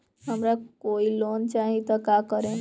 हमरा कोई लोन चाही त का करेम?